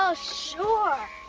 ah sure.